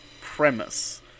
premise